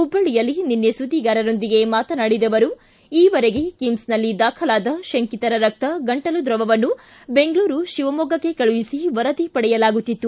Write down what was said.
ಹುಬ್ಲಳ್ಳಿಯಲ್ಲಿ ನಿನ್ನೆ ಸುದ್ದಿಗಾರರೊಂದಿಗೆ ಮಾತನಾಡಿದ ಅವರು ಈವರೆಗೆ ಕಿಮ್ಸ್ನಲ್ಲಿ ದಾಖಲಾದ ಶಂಕಿತರ ರಕ್ತ ಗಂಟಲು ದ್ರವವನ್ನು ಬೆಂಗಳೂರು ಶಿವಮೊಗ್ಗಕ್ಕೆ ಕಳುಹಿಸಿ ವರದಿ ಪಡೆಯಲಾಗುತ್ತಿತ್ತು